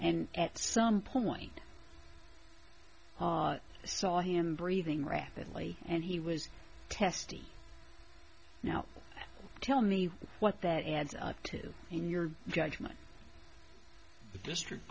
and at some point i saw him breathing rapidly and he was testy now tell me what that adds up to in your judgment the district